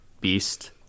Beast